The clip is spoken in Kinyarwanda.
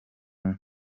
umwe